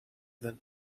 then